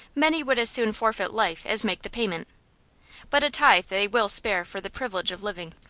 many would as soon forfeit life as make the payment but a tithe they will spare for the privilege of living.